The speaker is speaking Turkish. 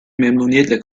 memnuniyetle